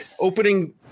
opening